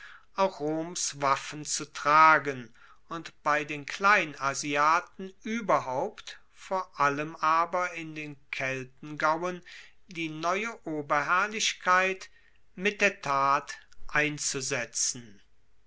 auch roms waffen zu tragen und bei den kleinasiaten ueberhaupt vor allem aber in den keltengauen die neue oberherrlichkeit mit der tat einzusetzen